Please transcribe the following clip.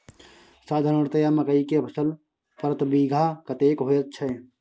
साधारणतया मकई के फसल प्रति बीघा कतेक होयत छै?